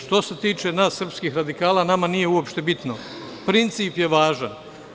Što se tiče nas srpskih radikala, nama nije uopšte bitno, princip je važan.